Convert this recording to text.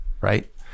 right